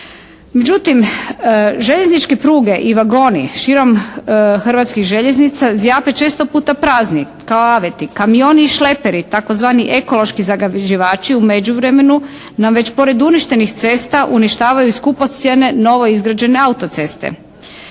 Međutim željezničke pruge i vagoni širom Hrvatskih željeznica zjape često puta prazni, kao aveti. Kamioni i šleperi tzv. ekološki zagađivači u međuvremenu nam već pored uništenih cesta uništavaju skupocjene novoizgrađene auto-ceste.